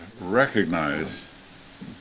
recognize